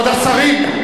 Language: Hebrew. כבוד השרים.